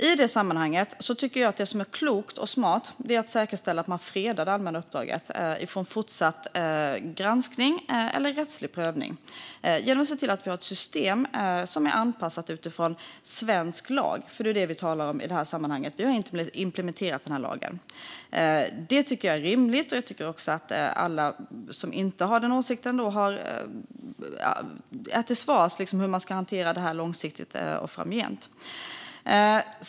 I det sammanhanget tycker jag att det kloka och smarta är att säkerställa att man fredar det allmänna uppdraget från fortsatt granskning eller rättslig prövning genom att se till att vi har ett system som är anpassat till svensk lag. Det är nämligen det vi talar om i det här sammanhanget. Vi har implementerat den här lagen. Det tycker jag är rimligt, och jag tycker att alla som inte har den åsikten behöver svara på hur man ska hantera det här långsiktigt och framgent.